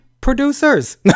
producers